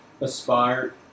aspire